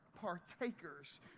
partakers